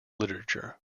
literature